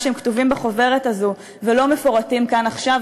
שכתובים בחוברת הזו ולא מפורטים כאן עכשיו.